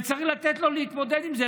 וצריך לתת לו להתמודד עם זה,